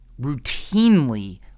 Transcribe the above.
routinely